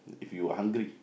if you hungry